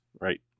Right